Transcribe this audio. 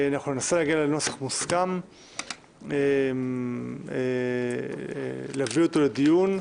אנחנו ננסה להגיע לנוסח מוסכם, להביא אותו לדיון,